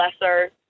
lesser